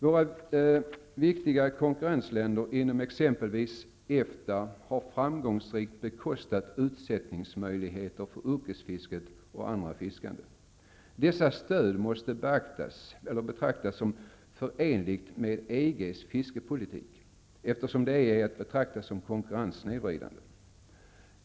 Våra viktiga konkurrensländer inom exempelvis EFTA har framgångsrikt bekostat utsättningsmöjligheter för yrkesfisket och andra fiskande. Detta stöd måste betraktas som förenligt med EG:s fiskepolitik, eftersom det ej är att betrakta som konkurrensnedvridande.